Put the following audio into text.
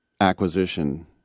acquisition